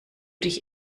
dich